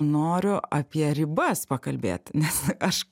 noriu apie ribas pakalbėt nes aš